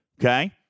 Okay